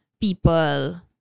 people